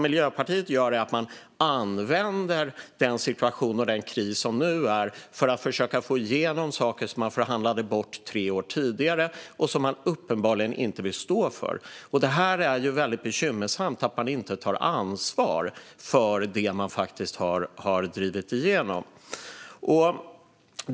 Miljöpartiet använder den situation och den kris som nu råder för att försöka få igenom saker som de förhandlade bort tre år tidigare och som de uppenbarligen inte vill stå för. Det är bekymmersamt att de inte tar ansvar för det som de har drivit igenom.